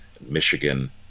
Michigan